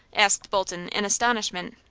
asked bolton, in astonishment.